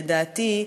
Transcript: לדעתי,